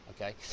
Okay